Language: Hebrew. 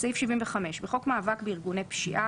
בסעיף 68ו לפקודת בתי הסוהר המובא בו,